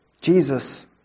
Jesus